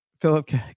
Philip